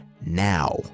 now